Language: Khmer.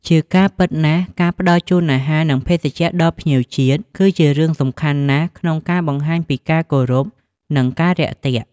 ជាការពិតណាស់ការផ្តល់ជូនអាហារ និងភេសជ្ជៈដល់ភ្ញៀវជាតិ គឺជារឿងសំខាន់ណាស់ក្នុងការបង្ហាញពីការគោរព និងការរាក់ទាក់។